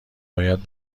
باید